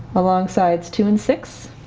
along sides two and six